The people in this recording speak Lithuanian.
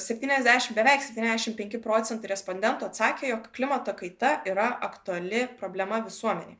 septyniasdešim beveik septyniasdešim penki procentai respondentų atsakė jog klimato kaita yra aktuali problema visuomenei